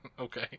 Okay